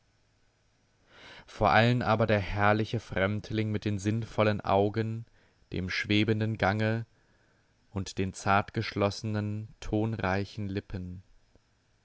vor allen aber der herrliche fremdling mit den sinnvollen augen dem schwebenden gange und den zartgeschlossenen tonreichen lippen